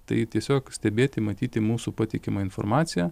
tai tiesiog stebėti matyti mūsų patikimą informaciją